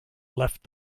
left